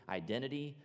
identity